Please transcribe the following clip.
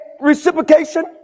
reciprocation